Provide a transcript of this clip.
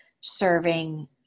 serving